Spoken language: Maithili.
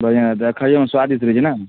बढ़िआँ रहै छै आ खाइओमे स्वादिष्ट रहै छै नहि